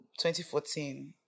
2014